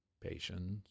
Patience